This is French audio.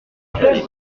academy